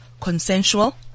consensual